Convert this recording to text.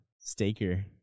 staker